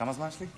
כמה זמן יש לי?